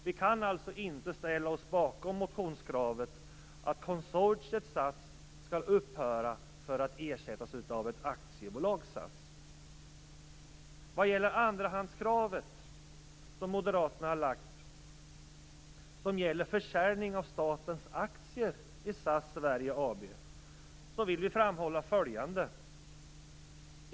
Vi kan alltså inte ställa oss bakom motionskravet att konsortiet SAS skall upphöra för att ersättas av ett AB AB, vill vi framhålla följande.